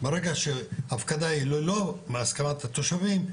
ברגע שההפקדה היא ללא הסכמת התושבים,